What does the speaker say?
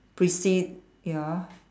precede ya